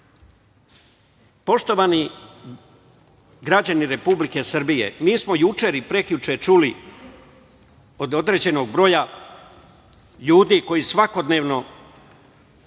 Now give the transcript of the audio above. građani Republike Srbije, mi smo juče i prekjuče čuli od određenog broja ljudi koji svakodnevno